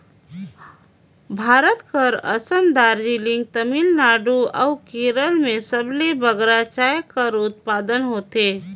भारत कर असम, दार्जिलिंग, तमिलनाडु अउ केरल में सबले बगरा चाय कर उत्पादन होथे